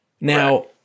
Now